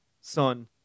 son